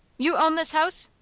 you own this house?